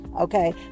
Okay